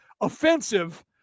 offensive